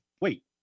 Wait